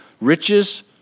riches